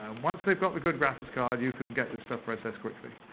um once they've got the good graphics card, you can get this stuff processed quickly.